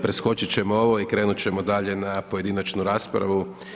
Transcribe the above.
Preskočiti ćemo ovo i krenuti ćemo dalje na pojedinačnu raspravu.